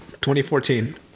2014